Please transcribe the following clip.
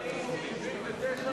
היתה הסתייגות לסעיף 79,